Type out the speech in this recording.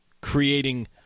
creating